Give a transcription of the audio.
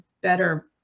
better